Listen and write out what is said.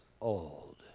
old